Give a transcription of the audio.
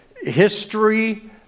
history